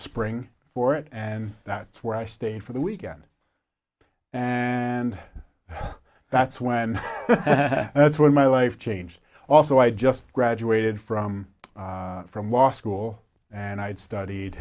spring for it and that's where i stayed for the weekend and that's when that's when my life changed also i just graduated from from law school and i had studied